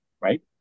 Right